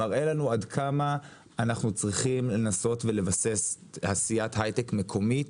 מראה לנו עד כמה אנחנו צריכים לנסות ולבסס תעשיית היי-טק מקומית,